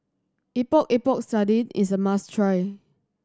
Epok Epok Sardin is a must try